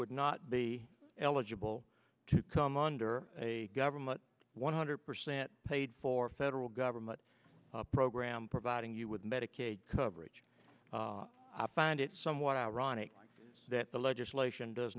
would not be eligible to come under a government one hundred percent paid for federal government program providing you with medicaid coverage i find it somewhat ironic that the legislation does